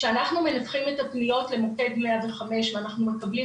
כשאנחנו מנתחים את הפניות למוקד 105 ואנחנו מקבלים